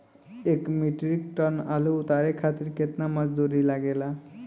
एक metric ton आलू उतारे खातिर केतना मजदूरी लागेला?